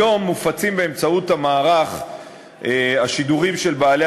היום מופצים באמצעות המערך השידורים של בעלי